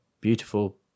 beautiful